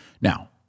Now